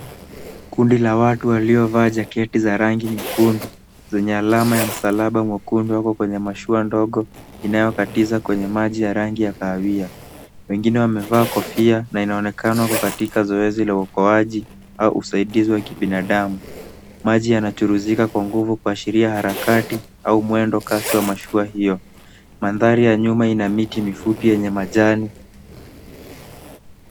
Kundi la watu waliovaa jaketi za rangi nyekundu, zenye alama ya msalaba mwekundu wako kwenye mashua ndogo, inayokatiza kwenye maji ya rangu ya kahawia. Wengine wamevaa kofia, na inaonekana wako katika zoezi ya uokoaji au usaidizi wa kibinadamu. Maji yanachuruzika kwa nguvu kuashiria harakati au mwendo kasi wa mashua hiyo. Mandhari ya nyuma ina miti mifupi yenye majani.